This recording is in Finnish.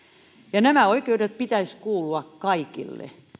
näiden oikeuksien pitäisi kuulua kaikille